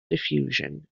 diffusion